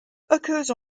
occurs